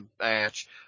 match